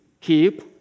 keep